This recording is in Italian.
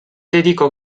dedicò